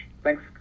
thanks